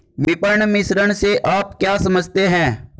विपणन मिश्रण से आप क्या समझते हैं?